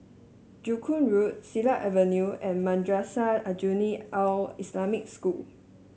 Joo Koon Road Siglap Avenue and Madrasah Aljunied Al Islamic School